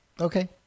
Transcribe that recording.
Okay